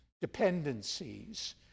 dependencies